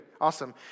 Awesome